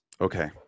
Okay